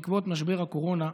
בעקבות משבר הקורונה,